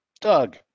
Doug